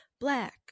black